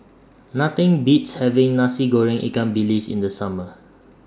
Nothing Beats having Nasi Goreng Ikan Bilis in The Summer